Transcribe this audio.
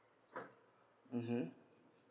mmhmm